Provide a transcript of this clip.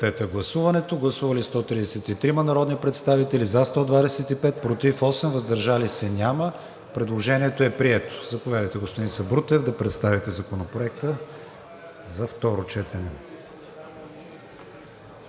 предложение. Гласували 133 народни представители: за 125, против 8, въздържали се няма. Предложението е прието. Заповядайте, господин Сабрутев, да представите Законопроекта за второ четене.